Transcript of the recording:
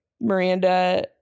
Miranda